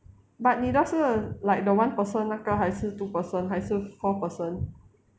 but 你的是 like the one person 那个还是 two person 还是 four person